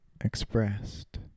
expressed